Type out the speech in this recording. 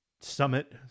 summit